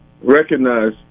recognize